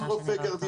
אין רופא קרדיולוג,